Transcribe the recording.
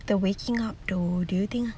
the waking up though do you think